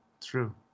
true